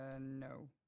No